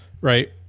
right